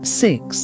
six